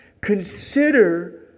Consider